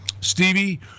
Stevie